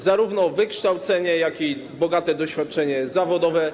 Zarówno wykształcenie, jak i bogate doświadczenie zawodowe.